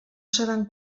seran